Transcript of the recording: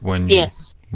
Yes